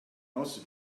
also